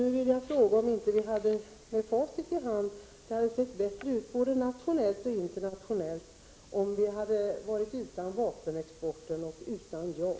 Jag vill nu fråga försvarsministern om han inte nu, med facit i hand, kan säga att det både nationellt och internationellt hade sett bättre ut om vi hade varit utan vapenexporten och utan JAS.